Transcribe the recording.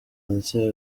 ndetse